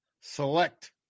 select